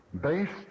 based